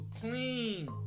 clean